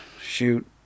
Shoot